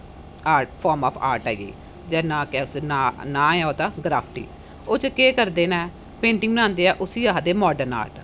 art form of art ऐ जेहडा नां ऐ ओहदा ग्राफ्टी ओहदे च केह् करदे न पेंटिंग बनांदे उसी आक्खदे मार्डन आर्ट